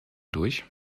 durch